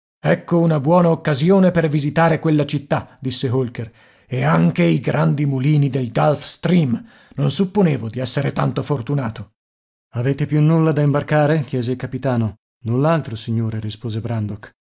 ecco una buona occasione per visitare quella città disse holker e anche i grandi mulini del gulf stream non supponevo di essere tanto fortunato avete più nulla da imbarcare chiese il capitano null'altro signore rispose brandok